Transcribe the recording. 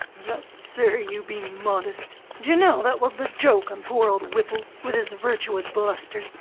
lud, sir, you be modest! d'ye know, that was the joke on poor old whipple with his virtuous bluster!